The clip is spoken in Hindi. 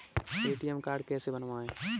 ए.टी.एम कार्ड कैसे बनवाएँ?